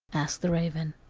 asked the raven.